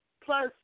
Plus